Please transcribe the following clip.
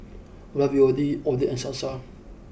Ravioli Oden and Salsa